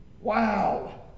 wow